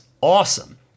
awesome